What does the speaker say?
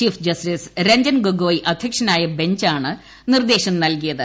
chief justice Ranjan Gogoi അധ്യക്ഷനായ ബഞ്ചാണ് നിർദ്ദേശം നൽകിയത്